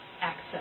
access